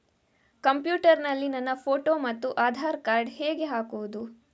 Computer ನಲ್ಲಿ ನನ್ನ photo ಮತ್ತು ಆಧಾರ್ ಕಾರ್ಡ್ ಹೇಗೆ ಹಾಕುವುದು?